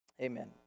amen